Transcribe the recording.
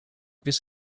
this